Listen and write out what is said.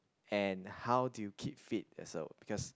and how do you keep fit also because